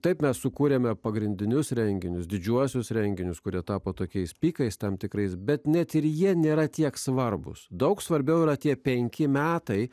taip mes sukūrėme pagrindinius renginius didžiuosius renginius kurie tapo tokiais pykais tam tikrais bet net ir jie nėra tiek svarbūs daug svarbiau yra tie penki metai